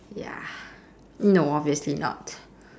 ya no obviously not